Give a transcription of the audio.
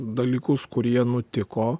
dalykus kurie nutiko